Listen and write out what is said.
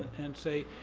and say,